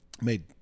made